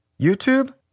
YouTube